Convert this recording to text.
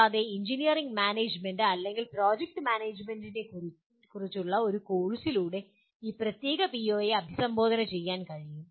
കൂടാതെ engineering management അല്ലെങ്കിൽ project മാനേജ്മെൻറിനെക്കുറിച്ചുള്ള ഒരു കോഴ്സിലൂടെ ഈ പ്രത്യേക പിഒയെ അഭിസംബോധന ചെയ്യാൻ കഴിയും